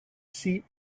seat